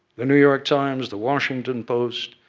the new york times, the washington post,